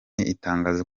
itangaza